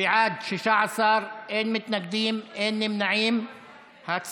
קביעת תקרה לעמלת פתיחת תיק להלוואה לדיור),